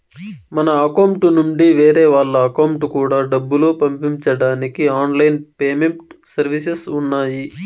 మన అకౌంట్ నుండి వేరే వాళ్ళ అకౌంట్ కూడా డబ్బులు పంపించడానికి ఆన్ లైన్ పేమెంట్ సర్వీసెస్ ఉన్నాయి